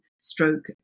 stroke